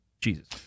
Jesus